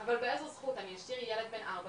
אני אגיד שגם אני בן שלושים ושש ויש לי ילד בן ארבע.